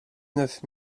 neuf